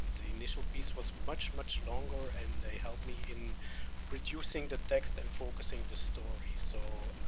the initial piece was much, much longer and they helped me in reducing the text and focusing the story, so,